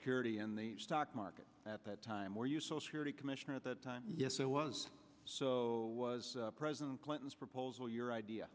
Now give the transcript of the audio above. security in the stock market at that time were you so security commissioner at that time yes it was so was president clinton's proposal your idea